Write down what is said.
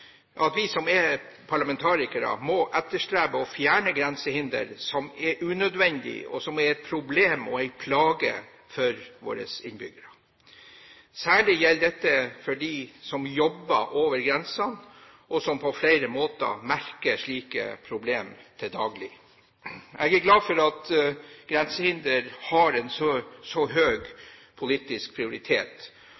som er parlamentarikere, må etterstrebe å fjerne grensehindre som er unødvendige, og som er et problem og en plage for våre innbyggere. Særlig gjelder dette for dem som jobber over grensene, og som på flere måter merker slike problem til daglig. Jeg er glad for at grensehinder har en så